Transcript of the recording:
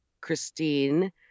Christine